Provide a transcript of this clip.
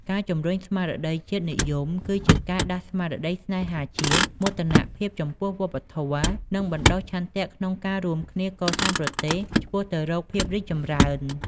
ការជំរុញស្មារតីជាតិនិយមគឺជាការ ដាស់ស្មារតីស្នេហាជាតិ មោទនភាពចំពោះវប្បធម៌ និងបណ្ដុះឆន្ទៈក្នុងការរួមគ្នាកសាងប្រទេសឆ្ពោះទៅរកភាពរីកចម្រើន។